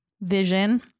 vision